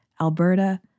Alberta